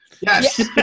Yes